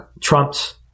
Trump's